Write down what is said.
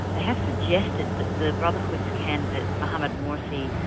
they have suggested that the brotherhood's candidate mohammed mursi,